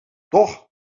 toch